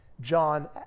John